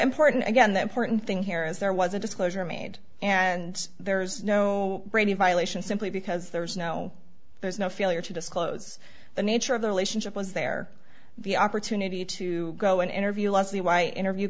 important again that porton thing here is there was a disclosure made and there's no brady violation simply because there is no there's no failure to disclose the nature of the relationship was there the opportunity to go and interview leslie why interview